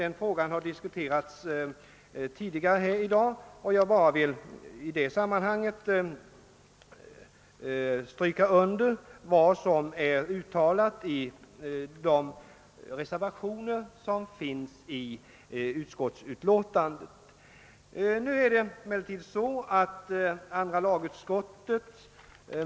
Denna fråga har diskuterats tidigare i dag, och jag vill i detta sammanhang bara stryka under vad som uttalats i den vid andra lagutskottets utlåtande nr 40 fogade reservationen.